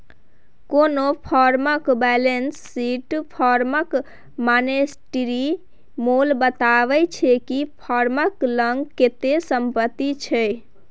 कोनो फर्मक balance sheet फर्मक मानेटिरी मोल बताबै छै कि फर्मक लग कतेक संपत्ति छै